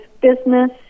business